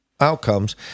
outcomes